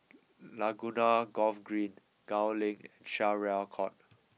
Laguna Golf Green Gul Link Syariah Court